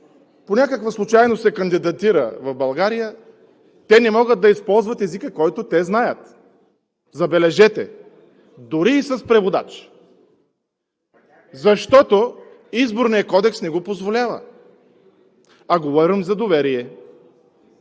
по някаква случайност се кандидатират в България, те не могат да използват езика, който знаят, забележете, дори и с преводач, защото Изборният кодекс не го позволява, а говорим за доверие.